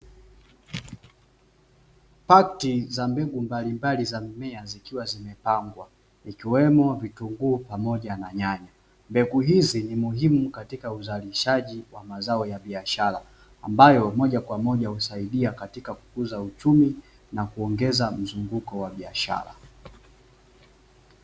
Pakti za mbegu mbalimbali za mimea zikiwa zimepangwa, ikiwemo vitunguu, pamoja na nyanya. Mbegu hizi ni muhimu katika uzalishaji wa mazao ya biashara, ambayo moja kwa moja husaidia katika kukuza uchumi, na kuongeza mzunguko wa biashara.